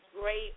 great